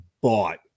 bought